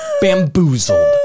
bamboozled